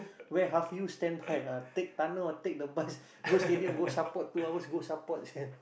where half you stand back take tunnel or take the bus go stadium go support two hours go support this kind